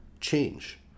change